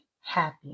happy